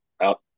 out